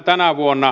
tänä vuonna